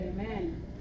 Amen